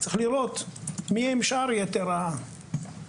צריך לראות מי הם שאר יתר ה-90,000.